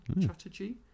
Chatterjee